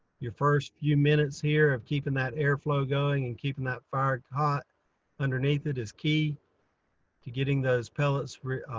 your first few minutes here of keeping that airflow going and keeping that fire hot underneath it is key to getting those pellets